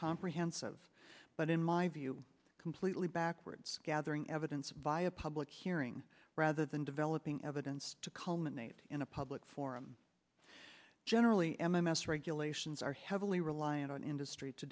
comprehensive but in my view completely backwards gathering evidence via a public hearing rather than developing evidence to culminate in a public forum generally m m s regulations are heavily reliant on industry to